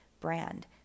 brand